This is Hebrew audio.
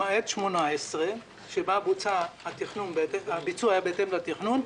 למעט 2018 שבה הביצוע היה בהתאם לתכנון,